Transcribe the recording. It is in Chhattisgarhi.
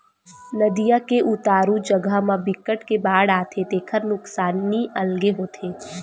नदिया के उतारू जघा म बिकट के बाड़ आथे तेखर नुकसानी अलगे होथे